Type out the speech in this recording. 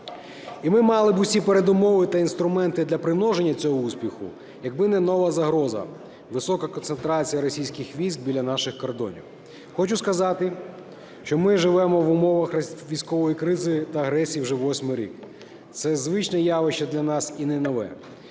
І ми мали б всі передумови та інструменти для примноження цього успіху, якби не нова загроза – висока концентрація російських військ біля наших кордонів. Хочу сказати, що ми живемо в умовах військової кризи та агресії вже 8 рік, це звичне явище для нас і не нове.